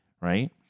right